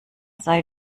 sei